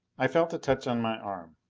i felt a touch on my arm.